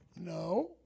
No